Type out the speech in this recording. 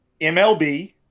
MLB